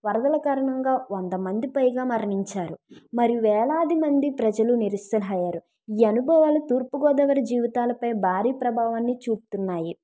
వరదలు కారణంగా వందమంది పైగా మరణించారు మరియు వేలాదిమంది ప్రజలు నిరిసహాయరు ఈ అనుభవాలు తూర్పు గోదావరి జీవితాలపై భారీ ప్రభావాన్ని చూపుతున్నాయి